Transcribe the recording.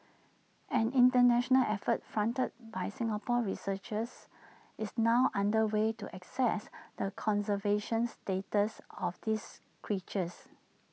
an International effort fronted by Singapore researchers is now under way to assess the conservation status of these creatures